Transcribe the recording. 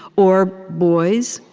or boys,